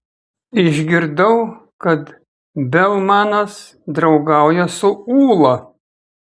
išgirdau kad belmanas draugauja su ūla